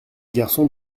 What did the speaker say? garçon